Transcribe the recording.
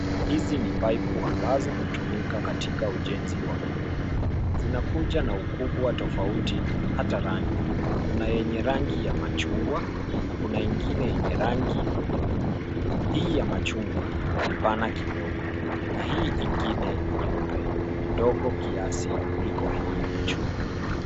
Hizi ni paipu ambazo hutumika katika ujenzi wa manyumba. Zinakuja na ukubwa tofauti hata rangi. Kuna yenye rangi ya machungwa na kuna ingine yenye rangi nyeupe. Hii ya machungwa ni pana kidogo na hii ingine ni nyeupe ni ndogo kiac kuliko hii ya machungwa.